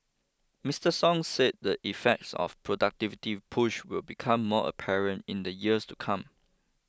Mister Song said the effects of productivity push will become more apparent in the years to come